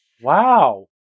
Wow